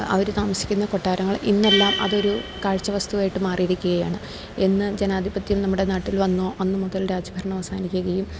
അവര് താമസിക്കുന്ന കൊട്ടാരങ്ങൾ ഇന്നെല്ലാം അതൊരു കാഴ്ച വസ്തുവായിട്ട് മാറിയിരിക്കുകയാണ് എന്ന് ജനാധിപത്യം നമ്മുടെ നാട്ടിൽ വന്നോ അന്ന് മുതൽ രാജ്യഭരണ അവസാനിക്കുകയും